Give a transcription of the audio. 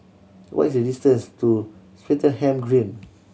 what is the distance to Swettenham Green